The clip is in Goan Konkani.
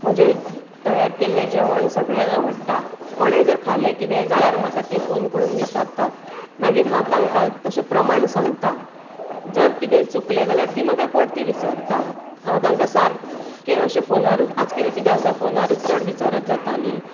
म्हजे तयार केल्लें जेवण सगळ्यांक आवडटा कोणे जर खालें कितेंय जाल्यार म्हाका ती फॉन करून विचारतात मागीर हांव तांका तशें प्रमाण सांगता जर कितेंय चुकलें जाल्यार ती म्हाका परती विचारतात हांव तांकां सारकें अशें फॉनारूच आज काल कितें आसा फॉनारूच चड विचारप जाता नी